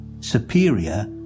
superior